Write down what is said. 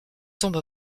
tombe